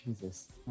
Jesus